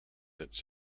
its